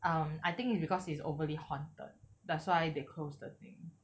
um I think it's because is overly haunted that's why they closed the thing